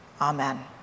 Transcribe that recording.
amen